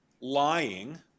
lying